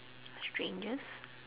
strangers